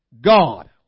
God